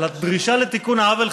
על הדרישה לתיקון העוול,